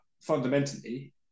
fundamentally